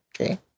Okay